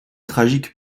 tragique